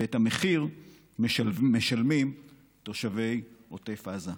ואת המחיר משלמים תושבי עוטף עזה.